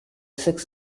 six